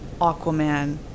aquaman